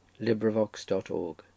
LibriVox.org